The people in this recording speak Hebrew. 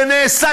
זה נעשה.